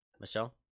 Michelle